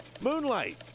Moonlight